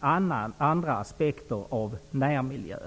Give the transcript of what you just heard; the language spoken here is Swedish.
andra faktorer med aspekt på vår närmiljö.